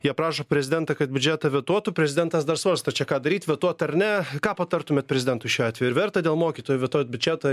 jie prašo prezidentą kad biudžetą vetuotų prezidentas dar svarsto čia ką daryt vetuot ar ne ką patartumėt prezidentui šiuo atveju ar verta dėl mokytojų vetuot biudžetą